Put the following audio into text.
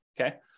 Okay